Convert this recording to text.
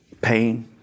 pain